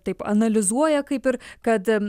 taip analizuoja kaip ir kad